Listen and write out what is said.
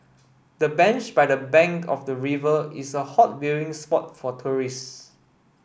the bench by the bank of the river is a hot viewing spot for tourists